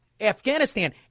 afghanistan